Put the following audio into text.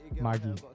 Maggie